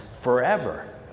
forever